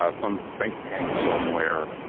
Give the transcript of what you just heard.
ah some think tank somewhere.